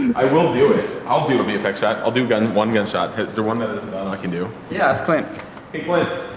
i will do it i'll do a vfx shot i'll do gun one gunshot. is there one and um i can do? yeah. ask clint hey clint!